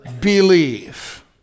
believe